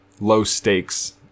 low-stakes